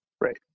right